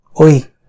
Oi